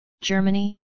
Germany